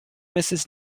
mrs